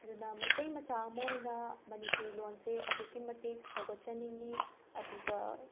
ꯑꯗꯨꯅ ꯃꯩꯇꯩ ꯃꯆꯥ ꯑꯃ ꯑꯣꯏꯅ ꯃꯅꯤꯄꯨꯔꯤ ꯂꯣꯟꯁꯦ ꯑꯗꯨꯛꯀꯤ ꯃꯇꯤꯛ ꯁꯧꯒꯠꯆꯅꯤꯡꯉꯤ ꯑꯗꯨꯒ